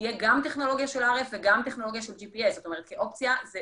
תהיה גם טכנולוגיה של RF וגם טכנולוגיה של GPS. כאופציה זה